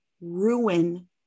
ruin